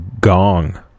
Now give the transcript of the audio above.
gong